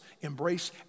embrace